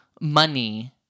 money